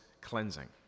cleansing